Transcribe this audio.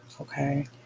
Okay